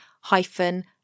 hyphen